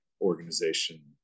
organization